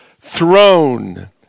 throne